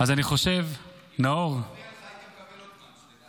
אם הייתי מפריע לך היית מקבל עוד זמן, שתדע.